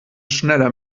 schneller